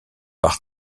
par